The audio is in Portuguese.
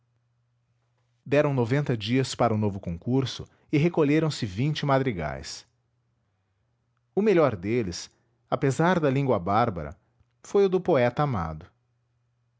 deram noventa dias para o novo concurso e recolheram-se vinte madrigais o melhor deles apesar da língua bárbara foi o do poeta amado